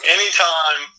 Anytime